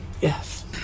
yes